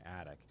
attic